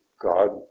God